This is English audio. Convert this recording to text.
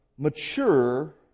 mature